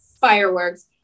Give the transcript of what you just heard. fireworks